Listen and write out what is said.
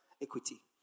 Equity